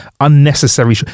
Unnecessary